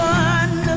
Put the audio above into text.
one